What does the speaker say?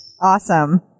Awesome